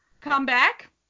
comeback